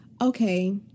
okay